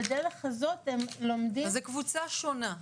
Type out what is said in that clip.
זאת קבוצה שונה.